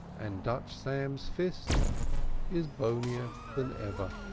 and dutch sam's fist is bonier than ever.